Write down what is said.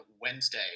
Wednesday